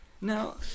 Now